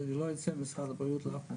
שלא יצא ממשרד הבריאות לאף מקום,